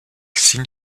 signe